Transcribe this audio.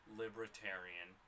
libertarian